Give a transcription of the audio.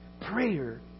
Prayer